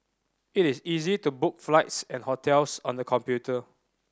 it is easy to book flights and hotels on the computer